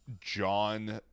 John